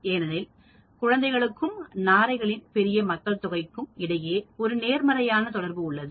ஏனெனில் பிறந்த குழந்தைகளுக்கும் நாரைகளின் பெரிய மக்கள் தொகைக்கும் இடையே ஒரு நேர்மறையான தொடர்பு உள்ளது